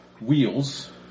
wheels